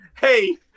hey